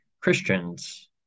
Christians